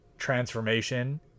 transformation